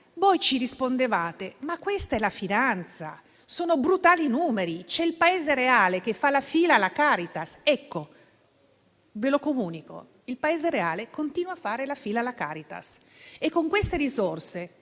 voi ci rispondevate che quella era la finanza, erano brutali numeri, mentre il Paese reale faceva la fila alla Caritas. Ecco, ve lo comunico: il Paese reale continua a fare la fila alla Caritas. E con queste risorse,